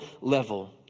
level